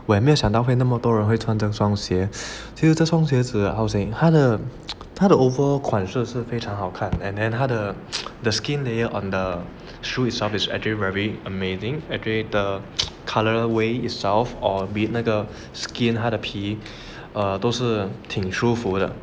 我也没想到会那么多人会穿这双鞋其实这双鞋子 how to say 他的他的 overall 款式是非常好看 and then 他的 the skin layer on the shoe itself is actually very amazing the colourway itself or maybe 那个 skin 他的皮 err 都是挺舒服的